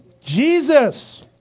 Jesus